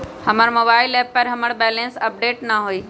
हमर mobile app पर हमर बैलेंस अपडेट न हई